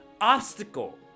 obstacle